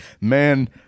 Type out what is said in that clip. man